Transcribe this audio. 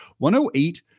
108